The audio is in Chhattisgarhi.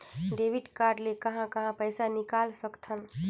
डेबिट कारड ले कहां कहां पइसा निकाल सकथन?